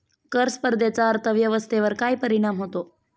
कर स्पर्धेचा अर्थव्यवस्थेवर काय परिणाम होतो?